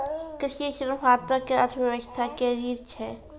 कृषि ऋण भारतो के अर्थव्यवस्था के रीढ़ छै